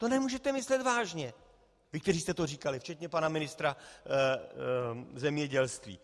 To nemůžete myslet vážně, vy, kteří jste to říkali, včetně pana ministra zemědělství.